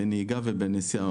בנהיגה ובנסיעה.